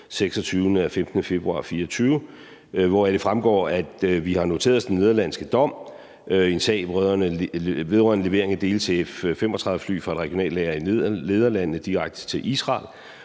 126 af 15. februar 2024, hvoraf det fremgår, at vi har noteret os den nederlandske dom i en sag vedrørende levering af dele til F-35-fly fra et regionalt lager i Nederlandene direkte til Israel.